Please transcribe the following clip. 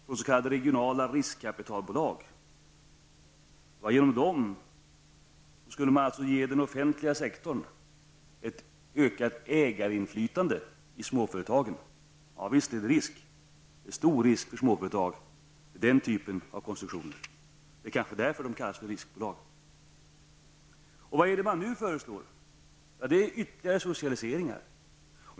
Genom s.k. regionala riskkapitalbolag skulle man ge den offentliga sektorn ett ökat ägarinflytande i småföretagen. Ja visst innebär den typen av konstruktioner en stor risk för småföretagen. Kanske är det därför de kallas riskbolag? Vad föreslår man då nu? Jo, det är fråga om ytterligare socialiseringar.